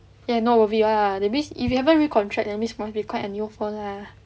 ya not worth it [one] lah that means if you haven't recontact that means must be quite a new phone lah